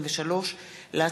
יוסף ג'בארין ועבדאללה אבו מערוף,